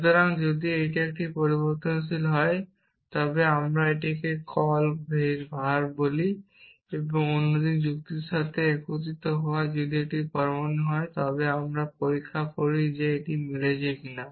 সুতরাং যদি এটি একটি পরিবর্তনশীল হয় তবে আমরা এটিকে কল var বলি অন্যদের যুক্তির সাথে একত্রিত হওয়া যদি এটি একটি পরমাণু হয় তবে আমরা পরীক্ষা করি যে এটি মিলছে কি না